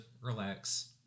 relax